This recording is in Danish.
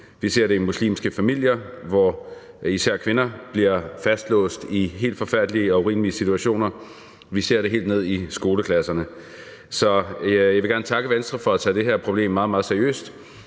vi ser det i muslimske familier, hvor især kvinder bliver fastlåst i helt forfærdelige og urimelige situationer; og vi ser det helt ned i skoleklasserne. Så jeg vil gerne takke Venstre for at tage det her problem meget, meget seriøst.